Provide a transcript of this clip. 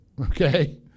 Okay